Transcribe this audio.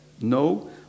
No